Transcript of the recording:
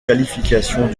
qualifications